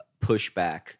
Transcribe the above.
pushback